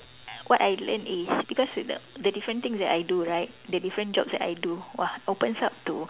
what I learn is because with the the different things that I do right the different jobs that I do !wah! opens up to